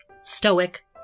stoic